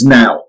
now